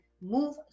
move